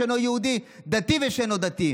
יהודי ושאינו יהודי, דתי ושאינו דתי.